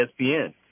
ESPN